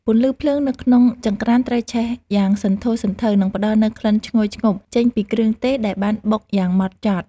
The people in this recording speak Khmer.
ពន្លឺភ្លើងនៅក្នុងចង្រ្កានត្រូវឆេះយ៉ាងសន្ធោសន្ធៅ និង ផ្តល់នូវក្លិនឈ្ងុយឈ្ងប់ចេញពីគ្រឿងទេសដែលបានបុកយ៉ាងម៉ត់ចត់។